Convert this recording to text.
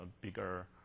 bigger